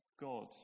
God